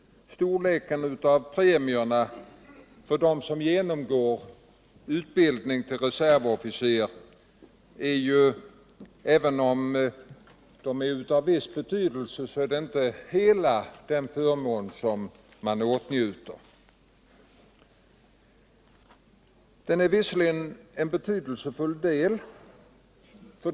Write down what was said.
Premierna till dem som genomgått utbildning till reservofficer är ju inte hela den förmån som de åtnjuter. Premierna utgör dock en betydelsefull del.